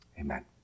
amen